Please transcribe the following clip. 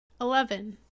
Eleven